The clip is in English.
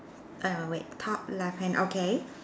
err wait wait top left hand okay